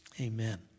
Amen